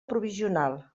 provisional